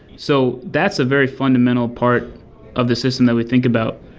so that's a very fundamental part of the system that we think about,